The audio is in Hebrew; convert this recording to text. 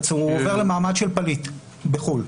הוא עובר למעמד של פליט בחו"ל.